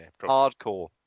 Hardcore